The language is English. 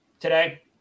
today